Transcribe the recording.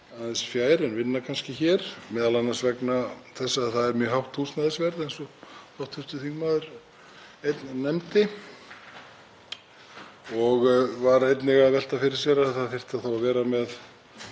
var einnig að velta fyrir sér að það þyrfti þá að vera með fjarvinnslustöðvar í lagi þá daga sem menn kæmust ekki. Það er akkúrat það sem við erum að gera, ekki bara þá daga sem er vont veður eða ófært heldur